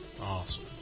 Awesome